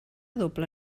doble